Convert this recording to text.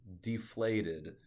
deflated